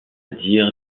dire